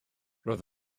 roedd